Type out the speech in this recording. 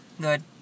Good